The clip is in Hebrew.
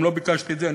גם לא ביקשתי את זה.